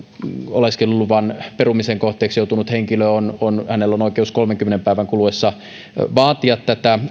oleskeluluvan perumisen kohteeksi joutuneella henkilöllä on oikeus kolmenkymmenen päivän kuluessa vaatia